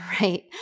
right